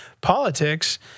politics